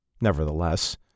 Nevertheless